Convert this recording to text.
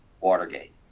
Watergate